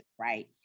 right